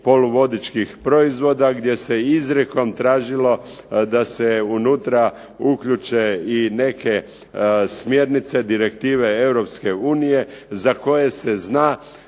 poluvodičkih proizvoda gdje se izrijekom tražilo da se unutra uključe i neke smjernice, direktive Europske unije za